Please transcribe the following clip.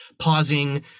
Pausing